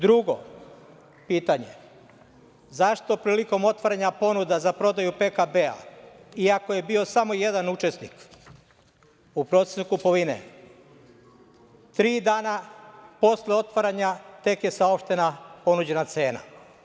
Drugo pitanje – zašto prilikom otvaranja ponuda za prodaju PKB, iako je bio samo jedan učesnik u procenu kupovine, tri dana posle otvaranja tek je saopštena ponuđena cena?